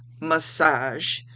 massage